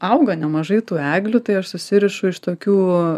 auga nemažai tų eglių tai aš susirišu iš tokių